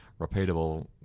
repeatable